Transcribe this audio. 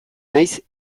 naiz